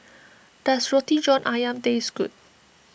does Roti John Ayam taste good